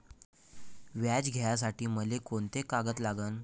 व्याज घ्यासाठी मले कोंते कागद लागन?